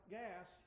gas